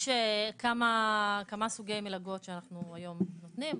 יש כמה סוגי מלגות שאנחנו היום נותנים,